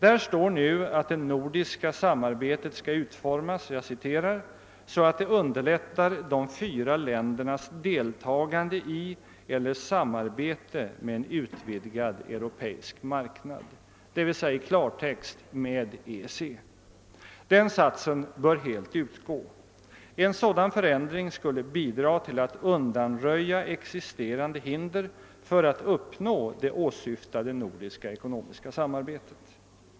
Där står nu att det nordiska samarbetet skall utformas »så att det underlättar de fyra ländernas deltagande i eller samarbete med en utvidgad europeisk marknad«. Det innebär i klartext: med EEC. Den satsen bör helt utgå. En sådan förändring skulle bidra till att undanröja existerande hinder för att uppnå det åsyftade nordiska ekonomiska samarbetet.